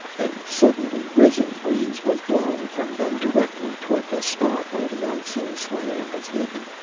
a suddenly risen breeze was blowing from them directly toward the spot where the unseen slayer was hidden.